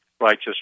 righteous